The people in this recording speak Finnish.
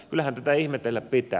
kyllähän tätä ihmetellä pitää